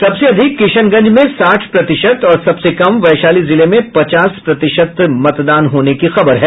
सबसे अधिक किशनंगज में साठ प्रतिशत और सबसे कम वैशाली जिले में पचास प्रतिशत मतदान हुआ है